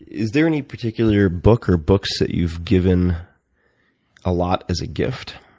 is there any particular book or books that you've given a lot as a gift?